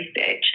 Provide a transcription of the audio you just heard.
research